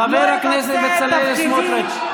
חבר הכנסת בצלאל סמוטריץ'.